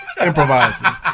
Improvising